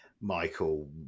Michael